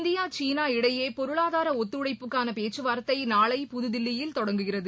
India சீனா இடையே பொருளாதா ஒத்துழைப்புகான பேச்சுவார்த்தை நாளை புதுதில்லியில் தொடங்குகிறது